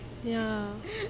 ya